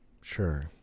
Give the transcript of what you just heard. Sure